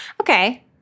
Okay